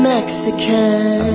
Mexican